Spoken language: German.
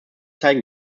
zeigen